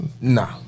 Nah